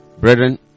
brethren